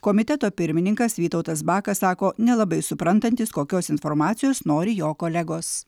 komiteto pirmininkas vytautas bakas sako nelabai suprantantis kokios informacijos nori jo kolegos